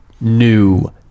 new